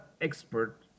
expert